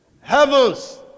Heavens